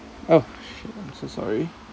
oh sh~ I'm so sorry